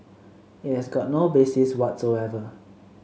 it has got no basis whatsoever